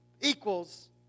equals